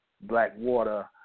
Blackwater